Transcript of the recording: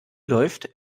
läuft